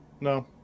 No